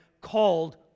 called